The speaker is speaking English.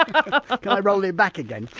ah ah can i roll it back again?